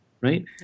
right